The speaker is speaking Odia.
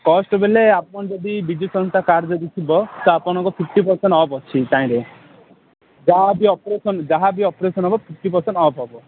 କଷ୍ଟ୍ ବୋଲେ ଆପଣ ଯଦି ବିଜୁ ସ୍ୟାସ୍ଥ୍ୟ କାର୍ଡ଼ ଯଦି ଥିବ ତ ଆପଣଙ୍କ ଫିପ୍ଟି ପରସେଣ୍ଟ୍ ଅଫ୍ ଅଛି ତାଇଁରେ ଯାହା ଯଦି ଅପରେସନ୍ ଯାହାବି ଅପେରସନ୍ ହେବ ଫିପ୍ଟି ପେରସେଣ୍ଟ୍ ଅଫ୍ ହେବ